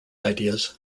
ideas